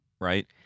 Right